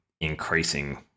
increasing